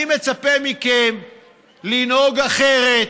אני מצפה מכם לנהוג אחרת,